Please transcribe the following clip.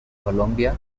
colombia